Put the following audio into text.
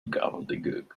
gobbledegook